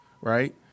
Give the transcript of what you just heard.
Right